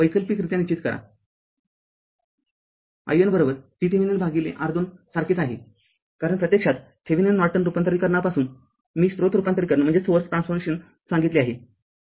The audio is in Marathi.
वैकल्पिकरित्या निश्चित करा in VThevenin भागिले R२ सारखेच आहे कारण प्रत्यक्षात थेविनिन नॉर्टन रूपांतरीकरणापासून मी स्रोत रूपांतरीकरण सांगितले आहे